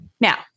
Now